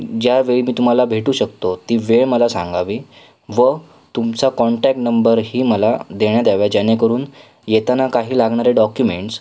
ज्यावेळी मी तुम्हाला भेटू शकतो ती वेळ मला सांगावी व तुमचा काॅन्टॅक्ट नंबरही मला देण्यात यावा जेणेकरून येताना काही लागणारे डॉक्युमेंट्स